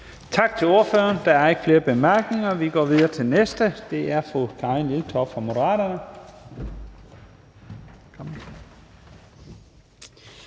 Tak til ordføreren. Der er ikke flere korte bemærkninger, så vi går videre til næste ordfører, og det er fru Karin Liltorp fra Moderaterne.